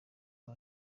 aba